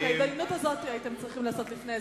את ההתדיינות הזאת הייתם צריכים לעשות לפני זה.